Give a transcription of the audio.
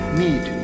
need